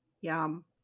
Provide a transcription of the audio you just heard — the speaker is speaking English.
yum